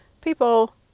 People